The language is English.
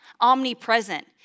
omnipresent